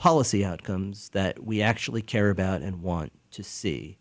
policy outcomes that we actually care about and want to see